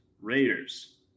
Raiders